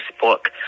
book